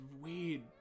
weird